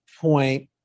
point